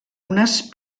unes